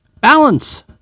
Balance